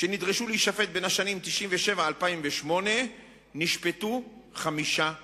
שנדרשו להישפט בשנים 1997 2008 נשפטו חמישה בלבד.